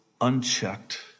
unchecked